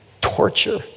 torture